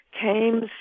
came